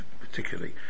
particularly